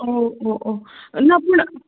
ओ ओ ओ ना पूण